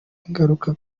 ingaruka